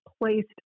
placed